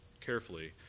carefully